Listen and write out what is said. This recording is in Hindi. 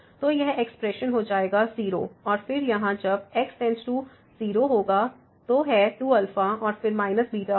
तो यह एक्सप्रेशन हो जाएगा 0 और फिर यहाँ जब x→0 होगा तो है 2 और फिर βहोगा